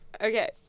Okay